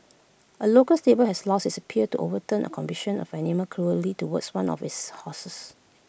A local stable has lost its appeal to overturn A conviction of animal cruelly towards one of its horses